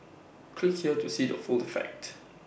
click here to see the full effect